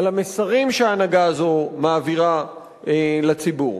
על המסרים שההנהגה הזו מעבירה לציבור.